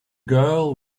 girl